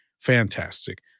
Fantastic